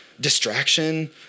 Distraction